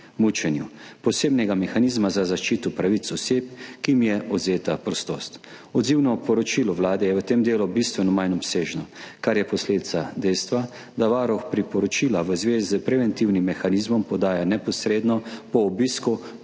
mučenju, posebnega mehanizma za zaščito pravic oseb, ki jim je odvzeta prostost. Odzivno poročilo Vlade je v tem delu bistveno manj obsežno, kar je posledica dejstva, da Varuh priporočila v zvezi s preventivnim mehanizmom podaja neposredno po obisku